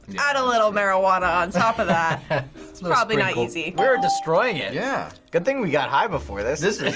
add a little marijuana on top of that, it's probably not easy. a sprinkle. we're destroying it. yeah. good thing we got high before this. this is